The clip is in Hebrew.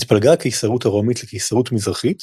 התפלגה הקיסרות הרומית לקיסרות מזרחית